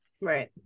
right